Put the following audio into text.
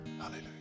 Hallelujah